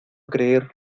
creer